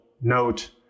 note